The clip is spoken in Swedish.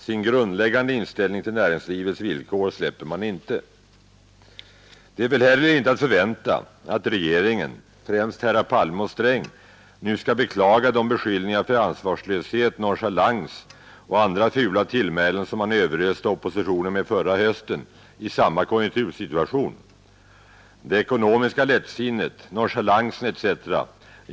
Sin grundläggande inställning till näringslivets villkor släpper man inte. Det är väl heller inte att förvänta, att regeringen, främst herrar Palme och Sträng, nu skall beklaga de beskyllningar för ansvarslöshet, nonchalans och andra fula tillmälen som man överöste oppositionen med förra hösten i samma konjunktursituation. Det ekonomiska lättsinnet, nonchalansen etc.